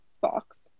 box